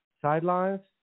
sidelines